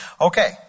Okay